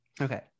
Okay